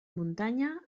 muntanya